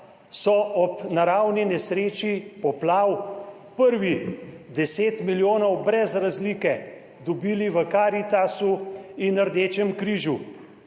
So ob naravni nesreči poplav prvih 10 milijonov brez razlike dobili v Karitasu in na Rdečem križu?